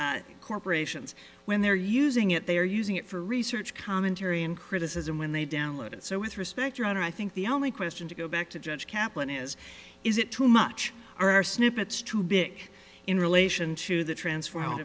police corporations when they're using it they're using it for research commentary and criticism when they download it so with respect your honor i think the only question to go back to judge kaplan is is it too much or are snippets too big in relation to the transf